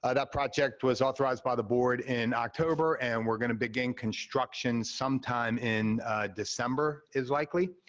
ah that project was authorized by the board in october and we're gonna begin construction sometime in december, is likely?